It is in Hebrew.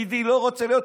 ולא ראש ממשלה ולא כלום,